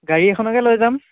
গাড়ী এখনকে লৈ যাম